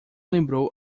lembrou